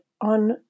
on